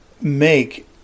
make